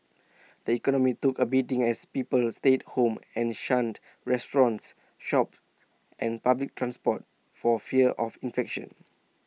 the economy took A beating as people stayed home and shunned restaurants shops and public transport for fear of infection